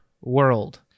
world